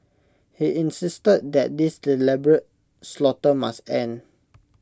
he insisted that this deliberate slaughter must end